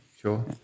Sure